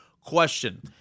question